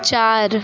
चार